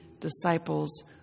disciples